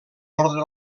ordre